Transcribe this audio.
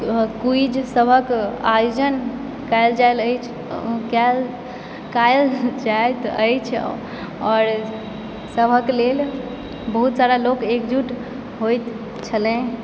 quiz सभक आयोजन कयल जैल अछि कयल कयल जाइत अछि आओर सभक लेल बहुत सारा लोक एकजुट होयत छलय